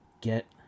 Get